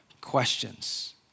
questions